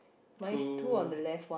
two